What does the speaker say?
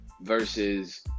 versus